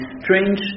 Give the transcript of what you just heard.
strange